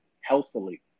healthily